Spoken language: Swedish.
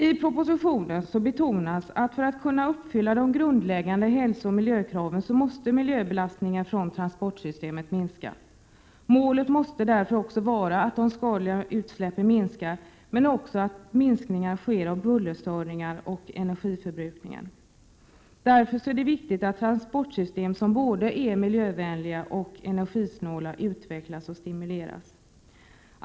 I propositionen betonas att för att de grundläggande hälsooch miljökraven skall kunna uppfyllas måste miljöbelastningen från transportsystemet minska. Målet måste vara att de skadliga utsläppen minskar men också att minskningar sker av bullerstörningar och energiförbrukning. Därför är det viktigt att transportsystem som är både miljövänliga och energisnåla utvecklas och stimuleras.